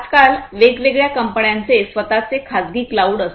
आजकाल वेगवेगळ्या कंपन्यांचे स्वतःचे खासगी क्लाऊड असते